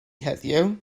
heddiw